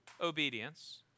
obedience